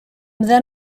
then